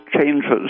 changes